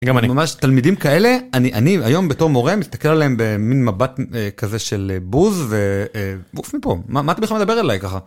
גם אני ממש תלמידים כאלה אני אני היום בתור מורה מסתכל עליהם במין מבט כזה של בוז ואוף מפה מה אתה מדבר אליי ככה.